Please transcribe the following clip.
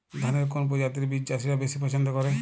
ধানের কোন প্রজাতির বীজ চাষীরা বেশি পচ্ছন্দ করে?